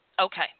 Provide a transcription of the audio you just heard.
Okay